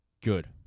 good